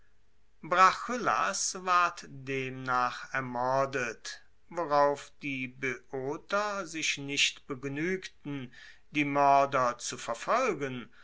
ward demnach ermordet worauf die boeoter sich nicht begnuegten die moerder zu verfolgen